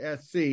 SC